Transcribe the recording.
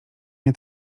nie